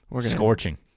Scorching